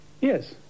Yes